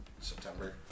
September